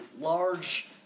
large